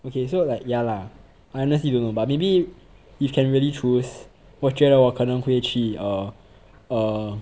okay so like ya lah I honestly don't know but maybe if can really choose 我觉得我可能会去 err err